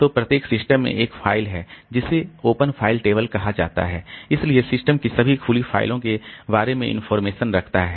तो प्रत्येक सिस्टम में एक फाइल है जिसे ओपन फाइल टेबल कहा जाता है इसलिए सिस्टम की सभी खुली फाइलों के बारे में इनफार्मेशन रखता है